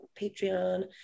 Patreon